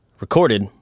recorded